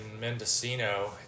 Mendocino